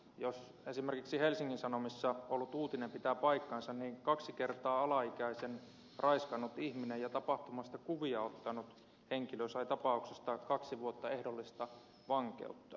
jos esimerkiksi helsingin sanomissa ollut uutinen pitää paikkansa niin kaksi kertaa alaikäisen raiskannut ja tapahtumasta kuvia ottanut henkilö sai tapauksesta kaksi vuotta ehdollista vankeutta